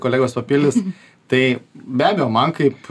kolegos papildys tai be abejo man kaip